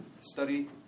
study